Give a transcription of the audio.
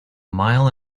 mile